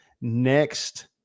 next